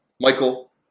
Michael